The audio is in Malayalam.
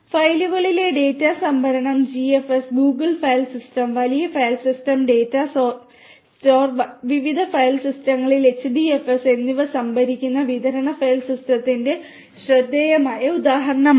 ഫയലുകളിലെ ഡാറ്റ സംഭരണം GFS ഗൂഗിൾ ഫയൽ സിസ്റ്റം വലിയ ഫയൽ സിസ്റ്റം ഡാറ്റാ സ്റ്റോർ വിവിധ ഫയൽ സിസ്റ്റങ്ങളിൽ HDFS എന്നിവ സംഭരിക്കുന്ന വിതരണ ഫയൽ സിസ്റ്റത്തിന്റെ ശ്രദ്ധേയമായ ഉദാഹരണമാണ്